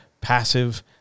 passive